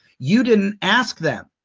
you didn't ask them.